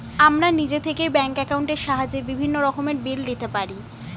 আমরা নিজে থেকেই ব্যাঙ্ক অ্যাকাউন্টের সাহায্যে বিভিন্ন রকমের বিল দিতে পারি